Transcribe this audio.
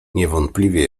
niewątpliwie